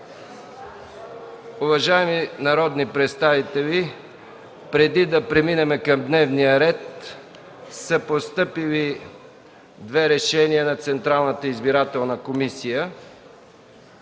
Уважаеми народни представители, преди да преминем към дневния ред – постъпили са две решения на Централната избирателна комисия.